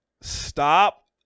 Stop